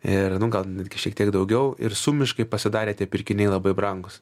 ir nu gal netgi šiek tiek daugiau ir sumiškai pasidarė tie pirkiniai labai brangūs